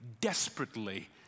desperately